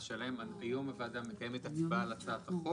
השאלה היא אם הוועדה מקיימת אכיפה על הצעת החוק